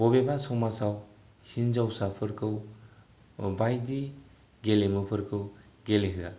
बबेबा समाजाव हिनजावसाफोरखौ बायदि गेलेमुफोरखौ गेलेनो होआ